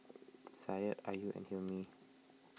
Syed Ayu and Hilmi